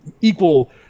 equal